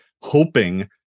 hoping